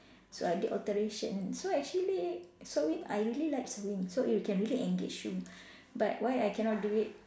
so I did alteration so I actually sewing I really like sewing so it can really engage you but why I cannot do it